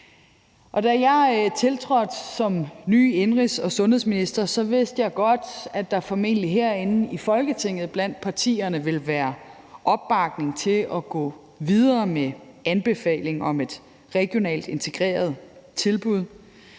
Da jeg tiltrådte som ny indenrigs- og sundhedsminister, vidste jeg godt, at der formentlig herinde i Folketinget blandt partierne ville være opbakning til at gå videre med anbefalingen om et regionalt integreret tilbud.